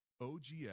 OGS